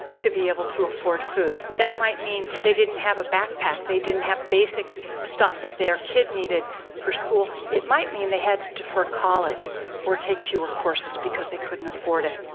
to be able to afford food. that might mean they didn't have a backpack, they didn't have basic stuff that their kid needed for school. it might mean they had to defer college or take fewer courses because they couldn't afford it.